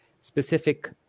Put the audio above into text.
specific